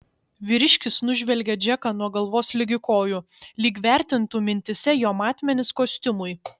vyriškis nužvelgė džeką nuo galvos ligi kojų lyg vertintų mintyse jo matmenis kostiumui